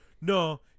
No